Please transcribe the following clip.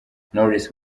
knowless